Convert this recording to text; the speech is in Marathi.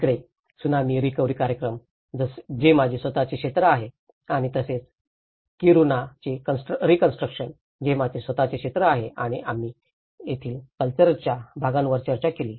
तिकडेच त्सुनामी रिकव्हरी कार्यक्रम जे माझे स्वत चे क्षेत्र आहेत आणि तसेच किरुणाचे रिकन्स्ट्रक्शन जे माझे स्वतःचे क्षेत्र आहे आणि आम्ही तेथील कल्चरच्या भागावर चर्चा केली